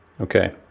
Okay